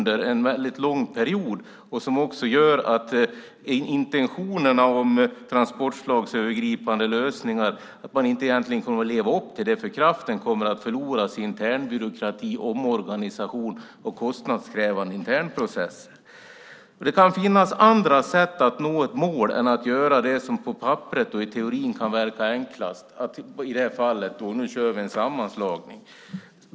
Det kan också innebära att man inte kommer att leva upp till intentionerna om transportslagsövergripande lösningar eftersom kraften förloras i internbyråkrati, omorganisation och kostnadskrävande internprocesser. Det kan finnas andra sätt att nå ett mål än att göra det som på papperet och i teorin kan verka enklast, i detta fall att göra en sammanslagning.